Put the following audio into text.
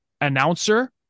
announcer